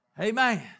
Amen